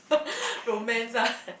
romance ah